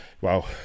Wow